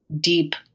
deep